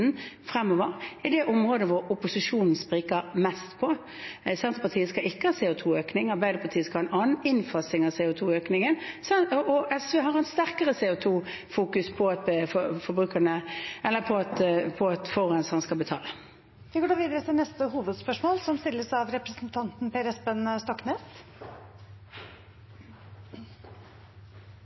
fremover, er det området der opposisjonen spriker mest. Senterpartiet skal ikke ha CO 2 -økning. Arbeiderpartiet skal ha en annen innfasing av CO 2 -økningen. Og SV har et sterkere CO 2 -fokus på at forurenserne skal betale. Vi går videre til neste hovedspørsmål.